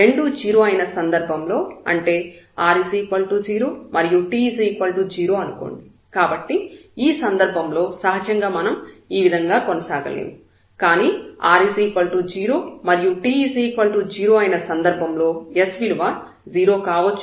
రెండూ 0 అయిన సందర్భంలో అంటే r0 మరియు t0 అనుకోండి కాబట్టి ఈ సందర్భంలో సహజంగా మనం ఈ విధంగా కొనసాగలేము కానీ r0 మరియు t0 అయిన సందర్భంలో s విలువ 0 కావచ్చు లేదా కాకపోవచ్చు